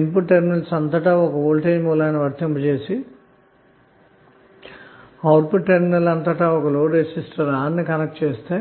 input terminals అంతటా ఒక voltage source ని వర్తింపజెసి అవుట్పుట్ టెర్మినల్ వద్ద లోడ్ రెసిస్టర్ R ని కనెక్ట్ చేసి